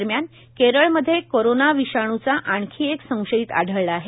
दरम्यान केरळमध्ये कोरोना विषाणूचा आणखी एक संशयित आढळला आहे